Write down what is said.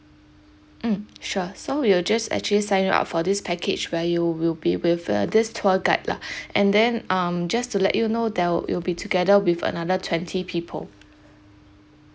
mm sure so we'll just actually sign you up for this package where you will be with uh this tour guide lah and then um just to let you know there'll you'll be together with another twenty people